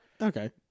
Okay